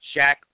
Shaq